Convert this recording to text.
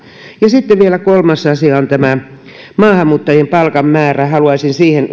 ja sitten vielä kolmas asia on tämä maahanmuuttajien palkan määrä haluaisin siihen